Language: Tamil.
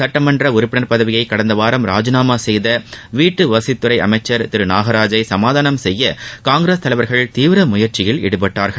சட்டமன்ற உறுப்பினர் பதவியை கடந்த வாரம் ராஜினாமா செய்த வீட்டு வசதித்துறை அமைச்சர் திரு நாகராஜை சமாதானம் செய்ய காங்கிரஸ் தலைவர்கள் தீவிர முயற்சியில் ஈடுபட்டார்கள்